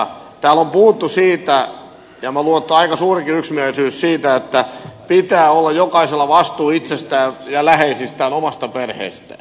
täällä on puhuttu siitä ja minä luulen että on aika suurikin yksimielisyys siitä että jokaisella pitää olla vastuu itsestään ja läheisistään omasta perheestään